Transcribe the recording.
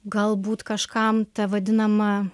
galbūt kažkam ta vadinama